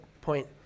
point